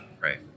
Right